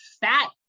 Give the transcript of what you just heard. fat